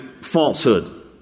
falsehood